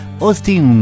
Austin